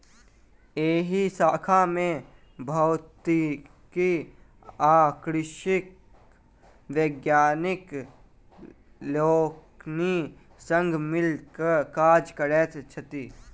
एहि शाखा मे भौतिकी आ कृषिक वैज्ञानिक लोकनि संग मिल क काज करैत छथि